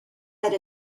that